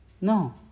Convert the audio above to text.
No